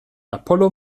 apollo